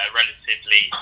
relatively